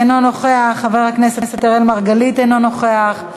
אינו נוכח, חבר הכנסת אראל מרגלית, אינו נוכח,